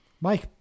Mike